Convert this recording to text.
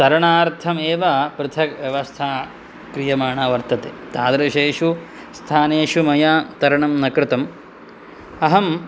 तरणार्थम् एव पृथक्व्यवस्था क्रियमाणा वर्तते तादृशेषु स्थानेषु मया तरणं न कृतम् अहं